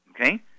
Okay